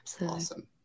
Awesome